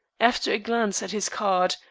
after a glance at his card,